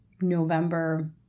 November